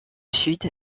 sud